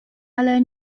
ale